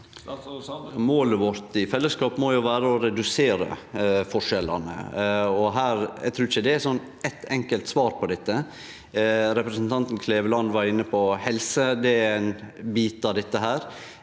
Målet vårt i felles- skap må jo vere å redusere forskjellane. Eg trur ikkje det er eitt enkelt svar på dette. Representanten Kleveland var inne på helse. Det er ein bit av det.